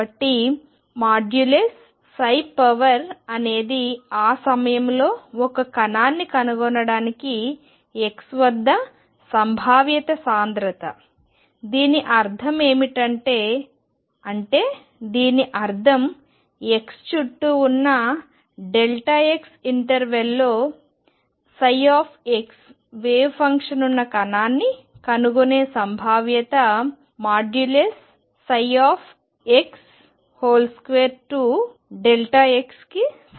కాబట్టి 2 అనేది ఆ సమయంలో ఒక కణాన్ని కనుగొనడానికి x వద్ద సంభావ్యత సాంద్రత దీని అర్థం ఏమిటి అంటే దీని అర్థం x చుట్టూ ఉన్న x ఇంటర్వెల్ లో ψ వేవ్ ఫంక్షన్ ఉన్న కణాన్ని కనుగొనే సంభావ్యత ψ2x సమానం